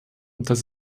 dass